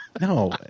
No